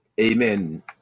amen